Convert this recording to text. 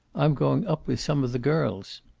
i'm going up with some of the girls.